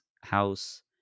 house